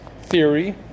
theory